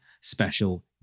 special